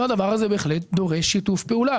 והדבר הזה בהחלט דורש שיתוף פעולה.